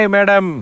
Madam